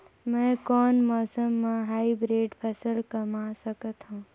मै कोन मौसम म हाईब्रिड फसल कमा सकथव?